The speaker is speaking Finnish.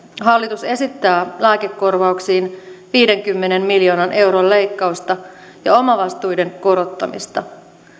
hallitus esittää lääkekorvauksiin viidenkymmenen miljoonan euron leikkausta ja omavastuiden korottamista